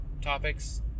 topics